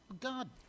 God